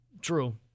True